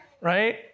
right